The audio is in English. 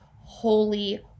holy